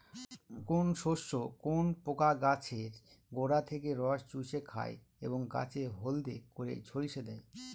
কোন শস্যে কোন পোকা গাছের গোড়া থেকে রস চুষে খায় এবং গাছ হলদে করে ঝলসে দেয়?